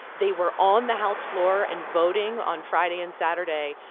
they were on the house floor and voting on friday and saturday.